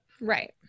Right